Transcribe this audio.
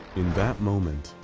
in that moment,